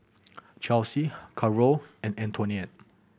Chesley Carole and Antonette